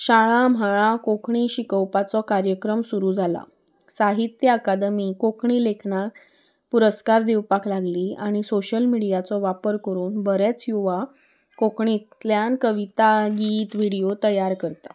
शाळा म्हळा कोंकणी शिकोवपाचो कार्यक्रम सुरू जाला साहित्य अकादमी कोंकणी लेखनाक पुरस्कार दिवपाक लागली आनी सोशल मिडियाचो वापर करून बरेंच युवा कोंकणींतल्यान कविता गीत व्हिडियो तयार करता